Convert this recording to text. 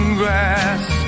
grass